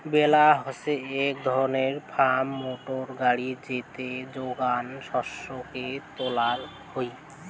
বেলার হসে এক ধরণের ফার্ম মোটর গাড়ি যেতে যোগান শস্যকে তোলা হই